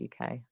UK